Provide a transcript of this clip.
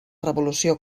revolució